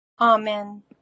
Amen